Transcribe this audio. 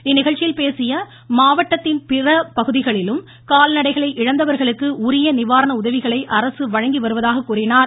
இந்நிகழ்ச்சியில் பேசியஅவர் மாவட்டத்தின் பிற பகுதிகளிலும் கால்நடைகளை இழந்தவர்களுக்கு உரிய நிவாரண உதவிகளை அரசு வழங்கி வருவதாக கூறினார்